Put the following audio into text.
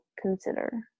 consider